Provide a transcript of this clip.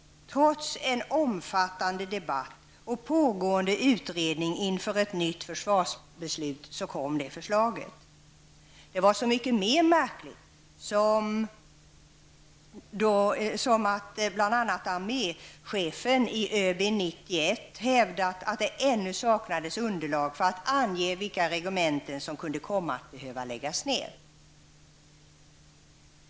Trots en omfattande debatt och pågående utredning inför ett nytt försvarsbeslut kom det förslaget. Det var så mycket mer märkligt som bl.a. arméchefen i ÖB 91 hävdat att det ännu saknades underlag för att ange vilka regementen som kunde komma att behöva läggas ned.